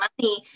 money